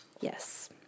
Yes